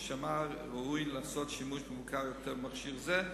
או שמא ראוי לעשות שימוש מבוקר יותר במכשיר זה,